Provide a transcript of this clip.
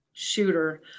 shooter